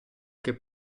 che